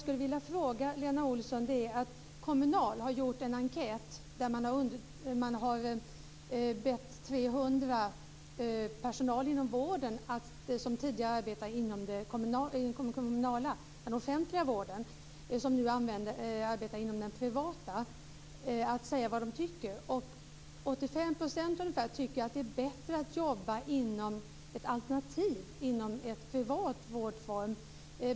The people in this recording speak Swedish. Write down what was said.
Kommunal har gjort en enkät där 300 personer i personalen inom den privata vården, som tidigare arbetade inom den offentliga vården, har ombetts säga vad de tycker. 85 % tycker att det är bättre att jobba inom en alternativ privat vårdform.